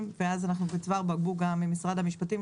ואז אנחנו בצוואר בקבוק עם משרד המשפטים,